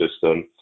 system